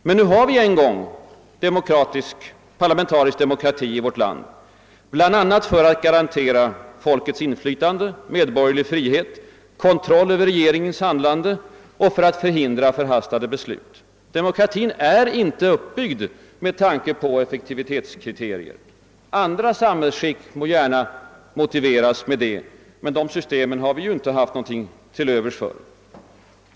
Men vi har nu en gång parlamentarisk demokrati i vårt land, bl.a. för att garantera folkets inflytande, medborgerlig frihet och kontroll över regeringens handlande samt för att förhindra förhastade beslut. Demokratin är inte uppbyggd med tanke på effektivitetskriterier. Andra samhällsskick må gärna motiveras därmed, men dessa system har vi inte mycket till övers för.